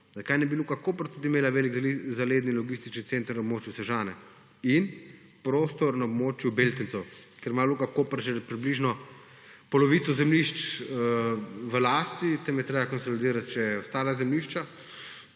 Zakaj ne bi Luka Koper tudi imela velik zaledni logistični center na območju Sežane in prostor na območju Beltincev? Ker ima Luka Koper že približno polovico zemljišč v lasti, tam je treba konsolidirati še ostala zemljišča,